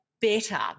better